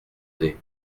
nez